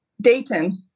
Dayton